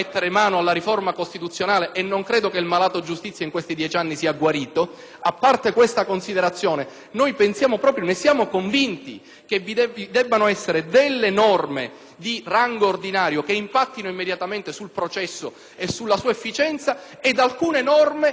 a parte questa considerazione, noi siamo convinti che vi debbano essere delle norme di rango ordinario che impattino immediatamente sul processo e sulla sua efficienza ed alcune norme che rimettano in equilibrio un sistema di parità tra accusa e difesa